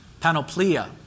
panoplia